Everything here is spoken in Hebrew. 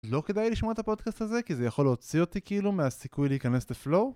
לא כדאי לשמוע את הפודקאסט הזה כי זה יכול להוציא אותי כאילו מהסיכוי להיכנס לפלואו